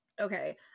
Okay